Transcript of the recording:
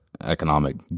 economic